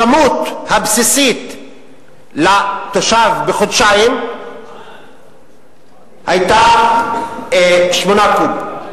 הכמות הבסיסית לתושב בחודשיים היתה 8 קוב,